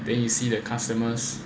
then you see that customers